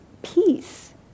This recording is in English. peace